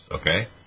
okay